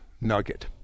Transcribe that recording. nugget